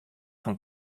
fan